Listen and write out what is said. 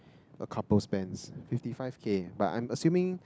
a couple spends fifty five K but I'm assuming